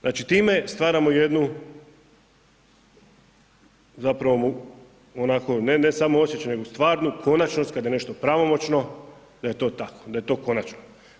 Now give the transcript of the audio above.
Znači time stvaramo jednu zapravo onako ne samo osjećaj, nego stvarnu konačnost kada je nešto pravomoćno da je to tako, da je to konačno.